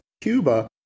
Cuba